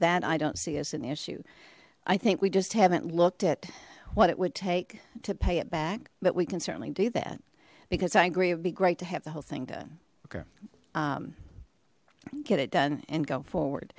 that i don't see us an issue i think we just haven't looked at what it would take to pay it back but we can certainly do that because i agree it would be great to have the whole thing done okay get it done and go forward